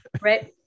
Right